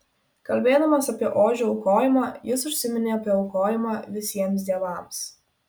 kalbėdamas apie ožio aukojimą jis užsiminė apie aukojimą visiems dievams